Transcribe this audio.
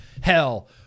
hell